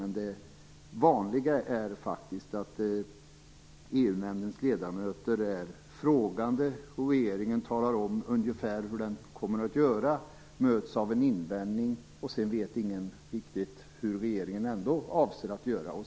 Men det vanliga är faktiskt att EU-nämndens ledamöter är frågande och regeringen talar om ungefär hur den kommer att göra, möts av en invändning och sedan vet ingen riktigt hur regeringen ändå avser att göra.